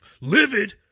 Livid